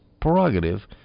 prerogative